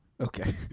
okay